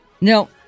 No